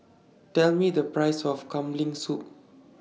Tell Me The Price of Kambing Soup